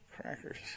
crackers